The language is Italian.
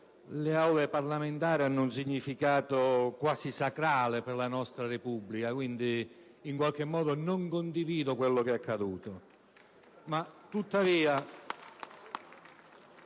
le Aule parlamentari hanno un significato quasi sacrale per la nostra Repubblica. Quindi, non condivido quello che è accaduto.